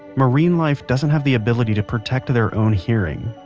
marine life doesn't have the ability to protect their own hearing,